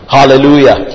Hallelujah